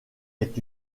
est